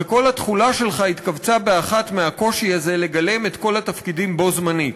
וכל התכולה שלך התכווצה באחת מהקושי הזה לגלם את כל התפקידים בו-זמנית,